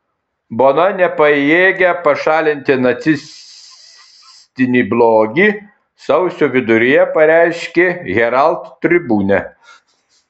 bona nepajėgia pašalinti nacistinį blogį sausio viduryje pareiškė herald tribune